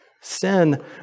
sin